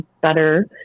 better